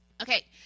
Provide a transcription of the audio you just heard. okay